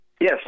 yes